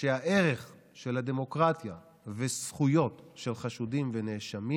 הערך של הדמוקרטיה והזכויות של חשודים ונאשמים